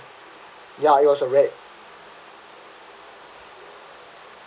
yeah it was a rat